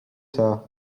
saa